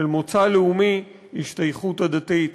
של מוצא לאומי או השתייכות עדתית